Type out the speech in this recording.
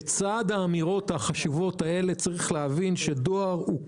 לצד האמירות החשובות האלה צריך להבין שדואר הוא